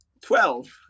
Twelve